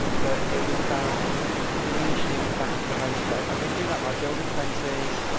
but it was about bringing the sheep back to the homestead. and we'd do that by building fences,